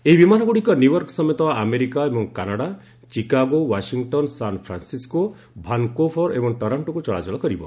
ଏହି ବିମାନଗୁଡ଼ିକ ନ୍ୟୁୟର୍କ ସମେତ ଆମେରିକା ଏବଂ କାନାଡାଚିକାଗୋ ଓ୍ୱାସିଂଟନ୍ ସାନ୍ଫ୍ରାନ୍ନିସକୋ ଭାନକୋଭର ଏବଂ ଟରୋଷ୍ଟୋକୁ ଚଳାଚଳ କରିବ